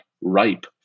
ripe